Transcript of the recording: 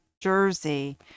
Jersey